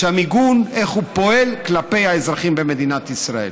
איך המיגון פועל כלפי האזרחים במדינת ישראל.